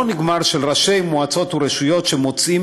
נגמר של ראשי מועצות ורשויות שמוצאים